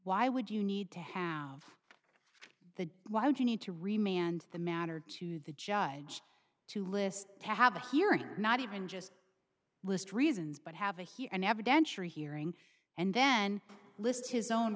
why would you need to have the why would you need to remain and the matter to the judge to listen to have a hearing not even just list reasons but have a hear an evidentiary hearing and then list his own